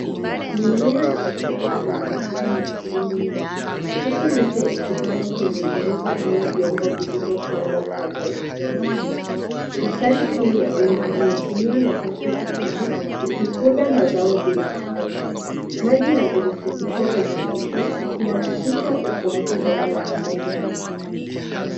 Mimea inastawi kwenye mfumo wa kilimo maji huku miche ikipandwa kwenye mirija au vyombo vilivyo pangwa kwa mwelekoa wa juu. Bustani hii ya wima inatumia nafasi vizuri ikikuza mazao bila udongo. Maji na virutubisho huzungushwa inihakikisha ukuaji bora wa mimea mbali mbali.